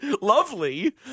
lovely